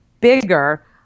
bigger